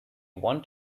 want